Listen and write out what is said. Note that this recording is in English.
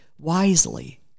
wisely